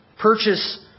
Purchase